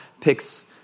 picks